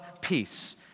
peace